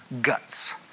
guts